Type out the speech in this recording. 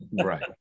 right